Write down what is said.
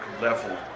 level